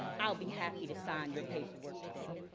i'll be happy to sign your paperwork today.